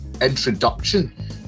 introduction